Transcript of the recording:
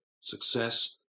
success